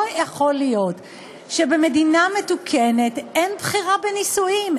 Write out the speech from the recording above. לא יכול להיות שבמדינה מתוקנת אין בחירה בנישואין.